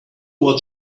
what